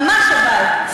ממש אבל,